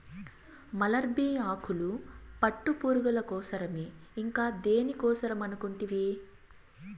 mulberry ఆకులు పట్టుపురుగుల కోసరమే ఇంకా దేని కనుకుంటివి